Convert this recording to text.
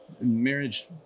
marriage